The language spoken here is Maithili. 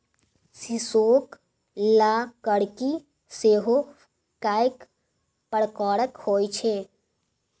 सीसोक लकड़की सेहो कैक प्रकारक होए छै